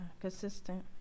consistent